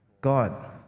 God